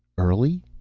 early?